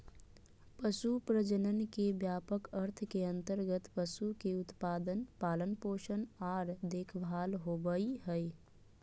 पशु प्रजनन के व्यापक अर्थ के अंतर्गत पशु के उत्पादन, पालन पोषण आर देखभाल होबई हई